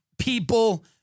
People